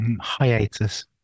Hiatus